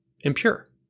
impure